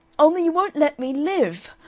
only you won't let me live.